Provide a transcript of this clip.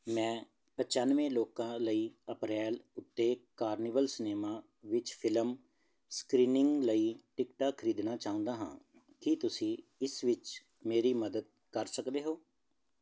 ਮੈਂ ਪਚਾਨਵੇਂ ਲੋਕਾਂ ਲਈ ਅਪਰੈਲ ਉੱਤੇ ਕਾਰਨੀਵਲ ਸਿਨੇਮਾ ਵਿੱਚ ਫ਼ਿਲਮ ਸਕ੍ਰੀਨਿੰਗ ਲਈ ਟਿਕਟਾਂ ਖਰੀਦਣਾ ਚਾਹੁੰਦਾ ਹਾਂ ਕੀ ਤੁਸੀਂ ਇਸ ਵਿੱਚ ਮੇਰੀ ਮਦਦ ਕਰ ਸਕਦੇ ਹੋ